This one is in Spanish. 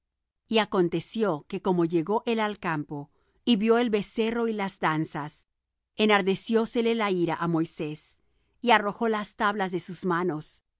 y aconteció que como llegó él al campo y vió el becerro y las danzas enardeciósele la ira á moisés y arrojó las tablas de sus manos